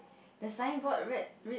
the signboard write read